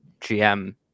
GM